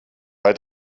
bei